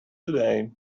today